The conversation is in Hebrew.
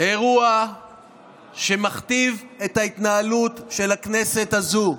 אירוע שמכתיב את ההתנהלות של הכנסת הזאת.